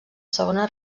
segona